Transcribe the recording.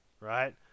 right